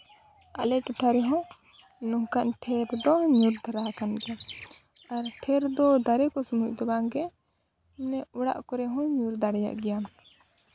ᱟᱞᱮ ᱴᱚᱴᱷᱟ ᱨᱮᱦᱚᱸ ᱱᱚᱝᱠᱟᱱ ᱴᱷᱮᱹᱨ ᱫᱚ ᱧᱩᱨ ᱛᱟᱨᱟ ᱠᱟᱱ ᱜᱮᱭᱟ ᱟᱨ ᱴᱷᱮᱹᱨ ᱫᱚ ᱫᱟᱨᱮ ᱠᱚ ᱥᱩᱢᱩᱝ ᱫᱚ ᱵᱟᱝᱜᱮ ᱢᱟᱱᱮ ᱚᱲᱟᱜ ᱠᱚᱨᱮ ᱦᱚᱸ ᱧᱩᱨ ᱫᱟᱲᱮᱭᱟᱜ ᱜᱮᱭᱟ